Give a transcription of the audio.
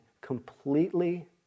completely